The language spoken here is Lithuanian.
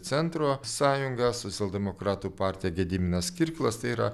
centro sąjunga socialdemokratų partija gediminas kirkilas tai yra